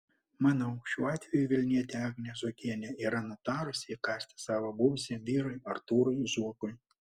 manau šiuo atveju vilnietė agnė zuokienė yra nutarusi įkąsti savo buvusiam vyrui artūrui zuokui